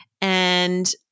and-